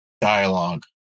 dialogue